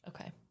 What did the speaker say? okay